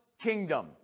kingdom